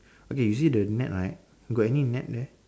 okay you see the net right got any net there